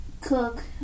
Cook